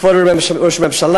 כבוד ראש הממשלה,